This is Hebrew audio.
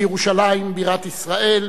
לירושלים בירת ישראל,